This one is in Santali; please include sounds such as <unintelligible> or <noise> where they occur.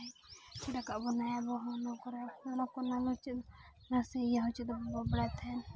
ᱨᱟᱠᱟᱵ ᱵᱚᱱᱟᱭ ᱟᱵᱚ ᱦᱚᱸ <unintelligible> ᱱᱟᱥᱮ ᱦᱚᱸ ᱤᱭᱟᱹ ᱪᱮᱫ ᱦᱚᱸ ᱵᱟᱵᱚᱱ ᱵᱟᱲᱟᱭ ᱛᱟᱦᱮᱱ